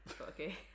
okay